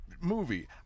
movie